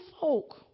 folk